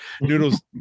Noodles